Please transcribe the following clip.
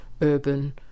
urban